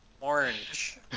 Orange